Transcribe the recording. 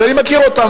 שאני מכיר אותם,